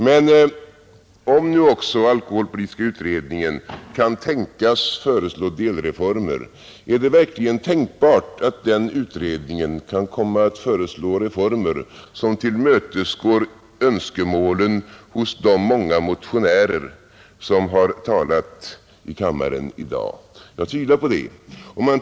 Men om nu också alkoholpolitiska utredningen kan tänkas föreslå delreformer, är det verkligen tänkbart att utredningen kan komma att föreslå reformer som tillmötesgår önskemålen hos de många motionärer vilka har talat i kammaren i dag? Jag tvivlar på det.